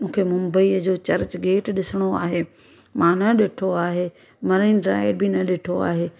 मूंखे मुंबईअ जो चर्च गेट ॾिसणो आहे मां न ॾिठो आहे मरीन ड्राइव बि न ॾिठो आहे